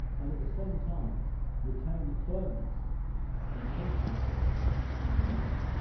and at the same time retain the firmness and constancy of the male.